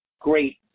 great